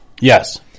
Yes